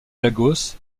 lagos